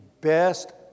best